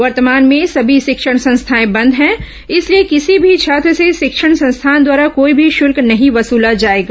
वर्तमान में सभी शिक्षण संस्थाएं बंद हैं इसलिए किसी भी छात्र से शिक्षण संस्थान द्वारा कोई भी शुल्क नहीं वसुला जाएगा